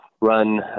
run